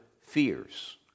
fears